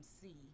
see